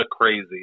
crazy